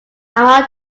among